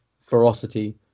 ferocity